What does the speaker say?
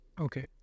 Okay